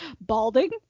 Balding